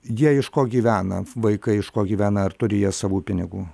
jie iš ko gyvena vaikai iš ko gyvena ar turi jie savų pinigų